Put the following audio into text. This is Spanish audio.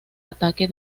ataque